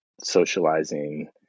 socializing